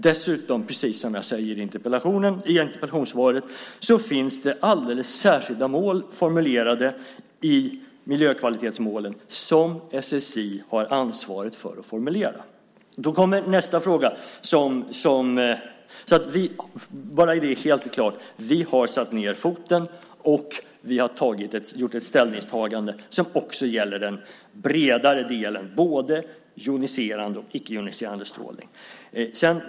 Dessutom finns det, som jag säger i interpellationssvaret, alldeles särskilda mål formulerade i miljökvalitetsmålen som SSI har ansvaret för att formulera. Vi har satt ned foten, och vi har gjort ett ställningstagande som också gäller den bredare delen, både joniserande och icke-joniserande strålning.